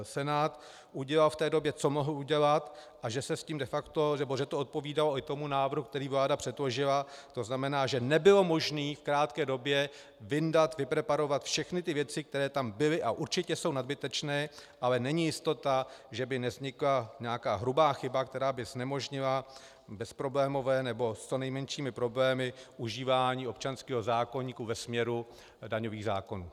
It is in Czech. Senát udělal v té době, co mohl udělat, a že to odpovídalo i tomu návrhu, který vláda předložila, to znamená, že nebylo možné v krátké době vyndat, vypreparovat všechny věci, které tam byly a určitě jsou nadbytečné, ale není jistota, že by nevznikla nějaká hrubá chyba, která by znemožnila bezproblémové nebo s co nejmenšími problémy užívání občanského zákoníku ve směru daňových zákonů.